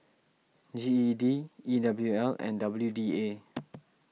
G E D E W L and W D A